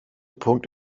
punkt